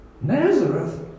Nazareth